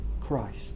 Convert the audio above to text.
Christ